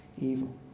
evil